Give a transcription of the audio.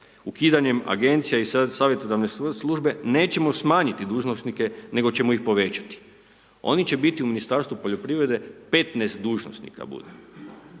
Ukidanjem agencija i savjetodavne službe nećemo smanjiti dužnosnike nego ćemo ih povećati. Oni će biti u Ministarstvu poljoprivrede 15 dužnosnika